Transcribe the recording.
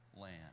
land